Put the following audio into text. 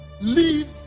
leave